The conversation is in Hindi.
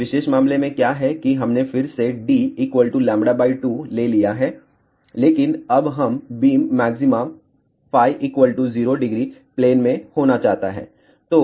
इस विशेष मामले में क्या है कि हमने फिर से d λ 2 ले लिया है लेकिन अब हम बीम मॅक्सिमा φ 00 प्लेन में होना चाहता है